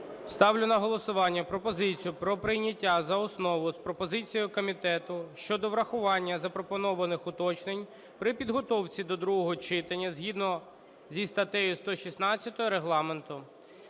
Ставлю на голосування пропозицію про прийняття за основу з пропозицією комітету щодо врахування запропонованих уточнень при підготовці до другого читання згідно зі статтею 116 Регламенту